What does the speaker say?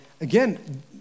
again